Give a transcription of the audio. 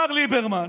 מר ליברמן,